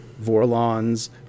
Vorlon's